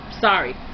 sorry